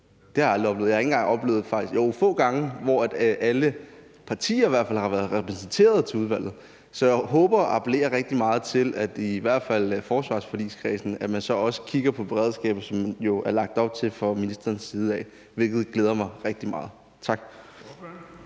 Det har jeg aldrig oplevet, og jeg har i hvert fald kun få gange oplevet, at alle partier har været repræsenteret til udvalgsmødet. Så jeg håber og appellerer rigtig meget til, at man i hvert fald i forsvarsforligskredsen så også kigger på beredskabet, hvilket der jo er lagt op til fra ministerens side, hvilket glæder mig rigtig meget. Tak.